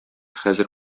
хәзер